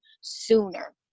sooner